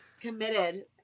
committed